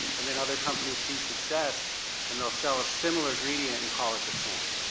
and then other companies see success and they'll sell a similar ingredient and call it the same.